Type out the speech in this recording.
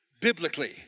biblically